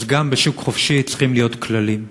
אז גם בשוק חופשי צריכים להיות כללים.